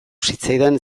zitzaidan